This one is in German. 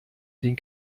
den